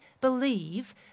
believe